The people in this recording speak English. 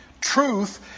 Truth